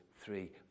three